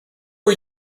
are